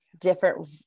different